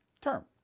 term